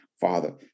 Father